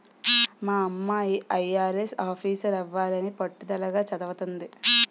మా అమ్మాయి ఐ.ఆర్.ఎస్ ఆఫీసరవ్వాలని పట్టుదలగా చదవతంది